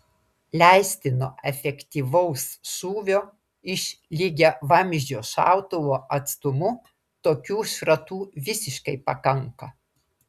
leistino efektyvaus šūvio iš lygiavamzdžio šautuvo atstumu tokių šratų visiškai pakanka